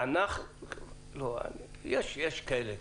יש כאלה.